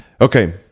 okay